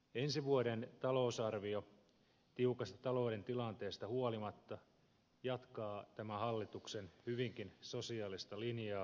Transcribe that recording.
ensi vuoden talousarvio tiukasta talouden tilanteesta huolimatta jatkaa tämän hallituksen hyvinkin sosiaalista linjaa